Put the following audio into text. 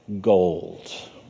gold